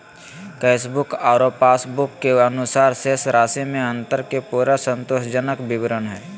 cashbook आरो passbook के अनुसार शेष राशि में अंतर के पूरा संतोषजनक विवरण हइ